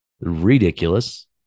ridiculous